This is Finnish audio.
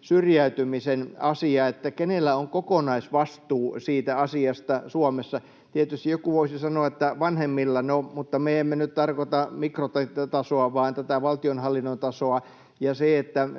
syrjäytymisen asia, että kenellä on kokonaisvastuu siitä asiasta Suomessa. Tietysti joku voisi sanoa, että no, vanhemmilla, mutta me emme nyt tarkoita mikrotasoa, vaan tätä valtionhallinnon tasoa, ja